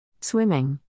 Swimming